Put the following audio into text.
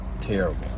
Terrible